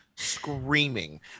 screaming